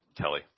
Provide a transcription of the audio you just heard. Kelly